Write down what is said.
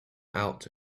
out